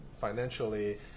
financially